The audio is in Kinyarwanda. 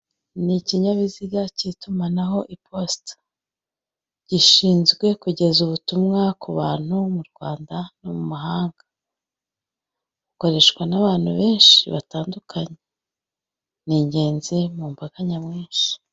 Ni ikinyabiziga k'itumanaho, iposita. Gishinzwe kugeza ubutumwa ku bantu mu Rwanda no mu mahanga. Gikoreshwa n'abantu benshi batandukanye, ni ingenzi mu mbaga nyamwinshi.